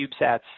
CubeSats